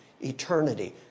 eternity